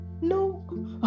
no